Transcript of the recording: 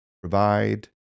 provide